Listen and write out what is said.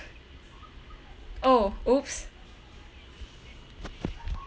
oh !oops!